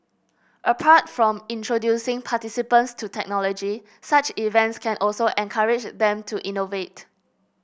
apart from introducing participants to technology such events can also encourage them to innovate